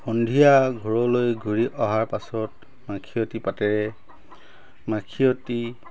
সন্ধিয়া ঘৰলৈ ঘূৰি অহাৰ পাছত মাখিয়তি পাতেৰে মাখিয়তি